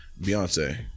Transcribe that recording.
Beyonce